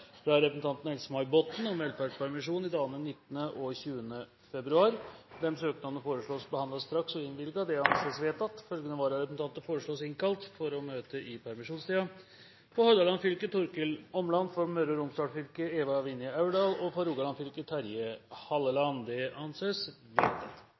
Fra representanten Else-May Botten om velferdspermisjon i dagene 19. og 20. februar. Etter forslag fra presidenten ble enstemmig besluttet: Søknadene behandles straks og innvilges. Følgende vararepresentanter innkalles for å møte i permisjonstiden: For Hordaland fylke: Torkil ÅmlandFor Møre og Romsdal fylke: Eva Vinje AurdalFor Rogaland fylke: Terje